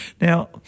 Now